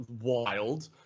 wild